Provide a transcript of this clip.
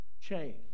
Change